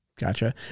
Gotcha